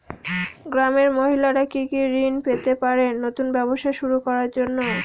গ্রামের মহিলারা কি কি ঋণ পেতে পারেন নতুন ব্যবসা শুরু করার জন্য?